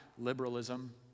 liberalism